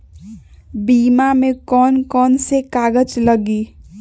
बीमा में कौन कौन से कागज लगी?